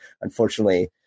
unfortunately